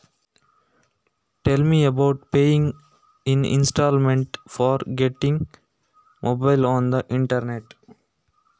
mobile ನ್ನು ಅಂತರ್ ಜಾಲದಲ್ಲಿ ತೆಗೋಲಿಕ್ಕೆ ಕಂತುಗಳಲ್ಲಿ ದುಡ್ಡನ್ನು ಕಟ್ಟುವ ಬಗ್ಗೆ ಹೇಳಿ